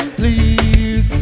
please